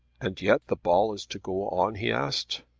and yet the ball is to go on? he asked.